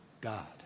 God